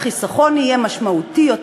החיסכון יהיה משמעותי יותר.